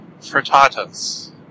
Frittatas